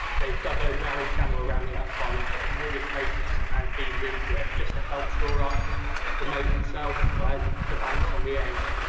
they've dug a narrow channel around the outside and put in wooden posts and beams into it just to help shore up the moat itself and the banks on the edge.